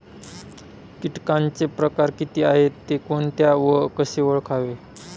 किटकांचे प्रकार किती आहेत, ते कोणते व कसे ओळखावे?